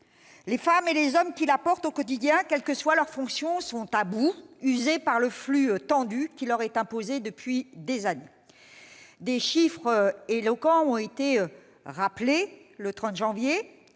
les femmes et les hommes qui la portent au quotidien, quelles que soient leurs fonctions, sont à bout, usés par le flux tendu qui leur est imposé depuis des années. Des chiffres éloquents ont été rappelés le 30 janvier